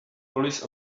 police